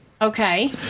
okay